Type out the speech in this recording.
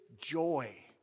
joy